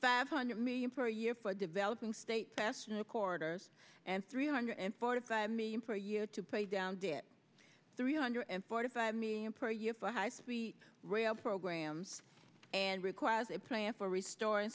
five hundred mi in for a year for developing state testing recorders and three hundred and forty five million per year to pay down debt three hundred and forty five million per year for high speed rail programs and requires a plan for restoring